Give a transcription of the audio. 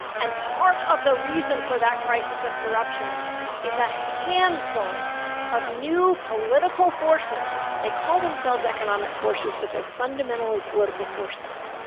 and part of the reason for that crisis of corruption is a handful of new political forces, they call themselves economic forces, but they're fundamentally political forces,